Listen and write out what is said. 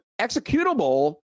executable